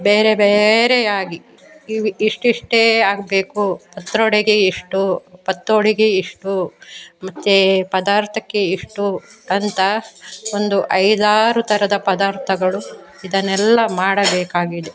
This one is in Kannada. ಬೇರೆ ಬೇರೆಯಾಗಿ ಇವು ಇಷ್ಟಿಷ್ಟೇ ಆಗಬೇಕು ಪತ್ರೊಡೆಗೆ ಇಷ್ಟು ಪತ್ರೊಡೆಗೆ ಇಷ್ಟು ಮತ್ತು ಪದಾರ್ಥಕ್ಕೆ ಇಷ್ಟು ಅಂತ ಒಂದು ಐದಾರು ಥರದ ಪದಾರ್ಥಗಳು ಇದನ್ನೆಲ್ಲ ಮಾಡಬೇಕಾಗಿದೆ